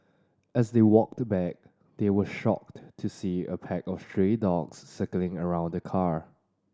as they walked back they were shocked to see a pack of stray dogs circling around the car